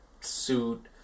suit